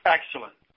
Excellent